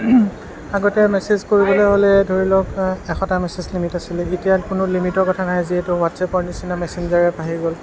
আগতে মেছেজ কৰিবলৈ হ'লে ধৰি লওঁক এশটা মেছেজ লিমিট আছিলে এতিয়া কোনো লিমিটৰ কথা নাই যিহেতু হোৱাটছৱাপৰ নিচিনা মেছেঞ্জাৰ এপ আহি গ'ল